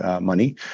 money